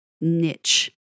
niche